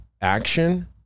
action